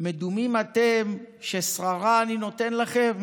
"כמדומים אתם ששררה אני נותן לכם?